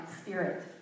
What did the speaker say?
spirit